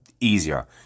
easier